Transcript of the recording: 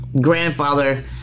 grandfather